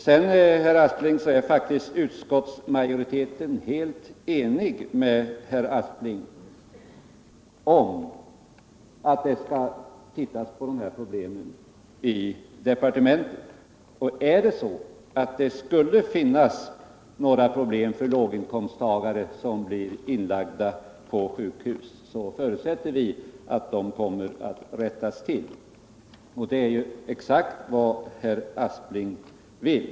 Utskottsmajoriteten är faktiskt helt enig med herr Aspling om att man skall se på de här problemen i departementet. Skulle det finnas några problem för värd Nr 131 låginkomsttagare som blir inlagda på sjukhus, förutsätter vi att de kommer att Onsdagen den lösas. Det är ju exakt vad herr Aspling vill.